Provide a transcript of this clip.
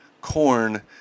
Corn